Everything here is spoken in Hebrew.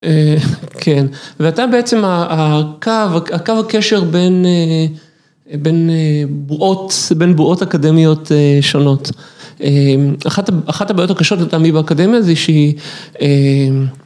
אהה... כן, ואתה בעצם הקו הקשר בין אהה.. בין אה.. בועות, בין בועות אקדמיות שונות.אממ.. אחת הבעיות הקשות לטעמי באקדמיה זה שהיא...